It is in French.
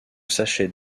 sachet